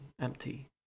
empty